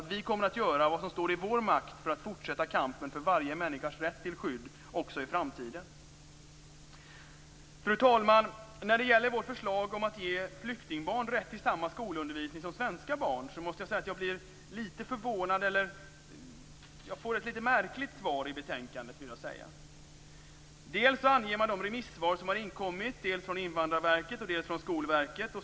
Vi kommer att göra vad som står i vår makt för att fortsätta kampen för varje människas rätt till skydd också i framtiden. Fru talman! När det gäller vårt förslag om att ge flyktingbarn rätt till samma skolundervisning som svenska barn måste jag säga att jag får ett något märkligt svar i betänkandet; det vill jag nog säga. Man anger de remissvar som inkommit dels från Invandrarverket, dels från Skolverket.